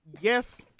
Yes